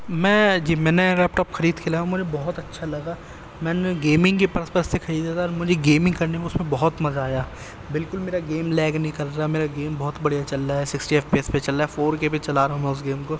میں جی میں نے لیپٹاپ خرید کے لایا مجھے بہت اچھا لگا میں نے گیمنگ کے پرپس سے خریدا تھا اور مجھے گیمنگ کرنے میں اس میں بہت مزہ آیا بالکل میرا گیم لیگ نہیں کر رہا میرا گیم بہت بڑھیا چل رہا ہے سکسٹی ایف پی ایس پہ چل رہا ہے فور کے پر چلا رہا ہوں میں اس گیم کو